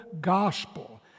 gospel